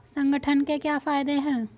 संगठन के क्या फायदें हैं?